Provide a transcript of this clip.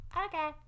Okay